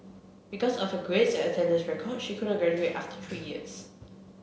because of her grades and attendance record she could not graduate after three years